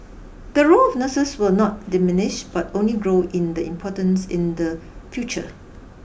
the role of nurses will not diminish but only grow in the importance in the future